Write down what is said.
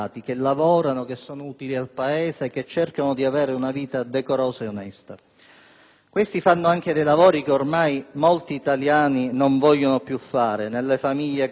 Questi svolgono anche dei lavori che ormai molti italiani non vogliono più fare: nelle famiglie come badanti, nelle fabbriche come operai, nelle realtà agricole come braccianti.